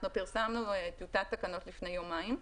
שר המשפטים פרסם טיוטת תקנות לפני יומיים,